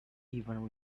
even